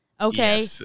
Okay